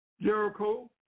Jericho